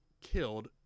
killed